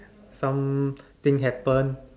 something happen